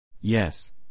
Yes